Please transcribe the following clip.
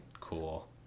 Cool